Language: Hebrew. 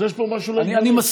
אז יש פה משהו לא, אני מסכים.